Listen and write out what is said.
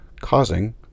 causing